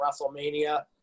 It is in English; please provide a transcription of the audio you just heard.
WrestleMania